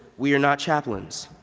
we are not chaplains.